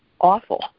awful